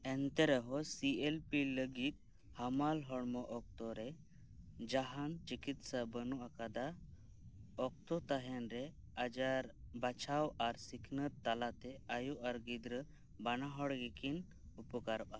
ᱮᱱᱛᱮᱨᱮᱦᱚᱸ C L P ᱞᱟᱹᱜᱤᱫ ᱦᱟᱢᱟᱞ ᱦᱚᱲᱢᱚ ᱚᱠᱛᱚ ᱨᱮ ᱡᱟᱦᱟᱱ ᱪᱤᱠᱤᱛᱥᱟ ᱵᱟᱹᱱᱩᱜ ᱟᱠᱟᱫᱟ ᱚᱠᱛᱚ ᱛᱟᱦᱮᱸᱱ ᱨᱮ ᱟᱡᱟᱨ ᱵᱟᱪᱷᱟᱣ ᱟᱨ ᱥᱤᱠᱷᱱᱟᱹᱛ ᱛᱟᱞᱟᱛᱮ ᱟᱭᱳ ᱟᱨ ᱜᱤᱫᱽᱨᱟᱹ ᱵᱟᱱᱟ ᱦᱚᱲ ᱜᱮᱠᱤᱱ ᱩᱯᱚᱠᱟᱨᱚᱜᱼᱟ